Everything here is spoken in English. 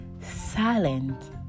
silent